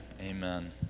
amen